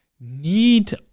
need